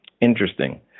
Interesting